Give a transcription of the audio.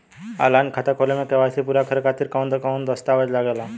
Online खाता खोले में के.वाइ.सी पूरा करे खातिर कवन कवन दस्तावेज लागे ला?